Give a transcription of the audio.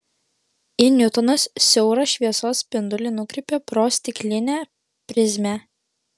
i niutonas siaurą šviesos spindulį nukreipė pro stiklinę prizmę